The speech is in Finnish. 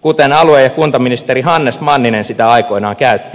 kuten alue ja kuntaministeri hannes manninen sitä aikoinaan käytti